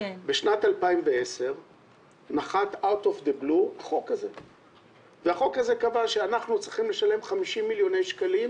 בשנת 2010 חוקק החוק הזה שקבע שאנחנו צריכים לשלם 50 מיליוני שקלים,